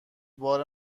بار